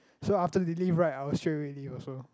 so after they leave right I will straight away leave also